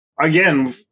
again